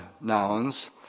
nouns